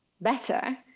better